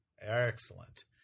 Excellent